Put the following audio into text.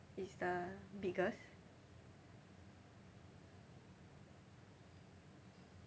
is the biggest